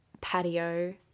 patio